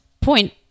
point